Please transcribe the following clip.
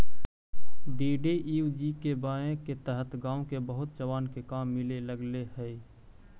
DDUGKY के तहत गाँव के बहुत जवान के काम मिले लगले हई